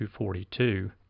242